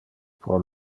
pro